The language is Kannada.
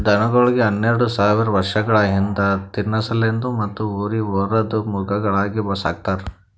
ದನಗೋಳಿಗ್ ಹನ್ನೆರಡ ಸಾವಿರ್ ವರ್ಷಗಳ ಹಿಂದ ತಿನಸಲೆಂದ್ ಮತ್ತ್ ಹೋರಿ ಹೊರದ್ ಮೃಗಗಳಾಗಿ ಸಕ್ತಾರ್